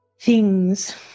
...thing's